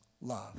love